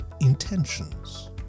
intentions